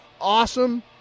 awesome